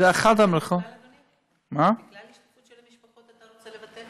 זה אחד, אתה רוצה לבטל